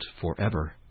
forever